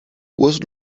was